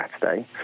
Saturday